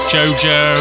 Jojo